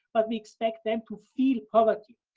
but we expect them to feel poverty,